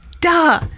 Duh